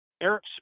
Eric